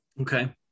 Okay